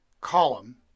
column